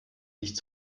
nicht